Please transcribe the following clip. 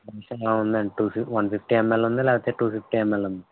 ఆ ఉందండి two fifty one fifty ML ఉంది లేకపోతే టు ఫిఫ్టీ ఎంఎల్ ఉంది